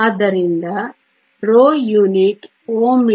ಆದ್ದರಿಂದ ρ unit Ω me